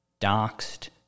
doxed